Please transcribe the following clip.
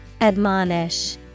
Admonish